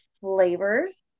flavors